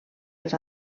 els